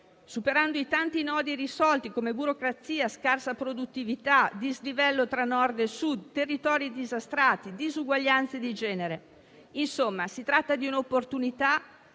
superando i tanti nodi irrisolti, come burocrazia, scarsa produttività, dislivello tra Nord e Sud, territori disastrati, disuguaglianze di genere. Insomma, si tratta di un'opportunità